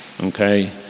okay